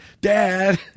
Dad